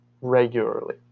regularly